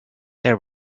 there